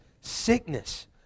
sickness